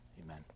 Amen